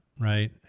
right